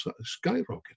skyrocket